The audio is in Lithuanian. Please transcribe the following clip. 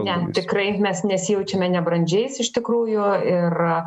ne tikrai mes nesijaučiame nebrandžiais iš tikrųjų ir